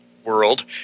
world